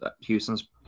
Houston's